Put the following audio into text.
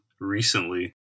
recently